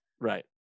Right